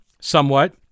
somewhat